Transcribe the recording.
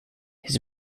his